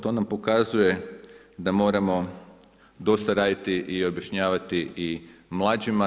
To nam pokazuje da moramo dosta raditi i objašnjavati i mlađima.